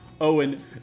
owen